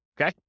Okay